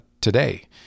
today